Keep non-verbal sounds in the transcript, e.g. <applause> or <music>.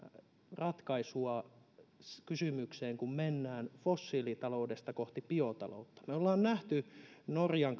ratkaisua kysymykseen miten mennään fossiilitaloudesta kohti biotaloutta me olemme nähneet norjan <unintelligible>